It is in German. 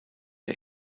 der